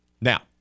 now